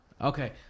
Okay